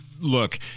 look